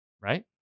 Right